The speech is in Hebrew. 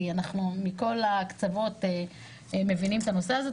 כי אנחנו מכל הקצוות מבינים את הנושא הזה.